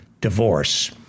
divorce